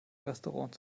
restaurant